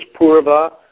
purva